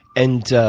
and